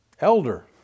elder